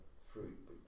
fruit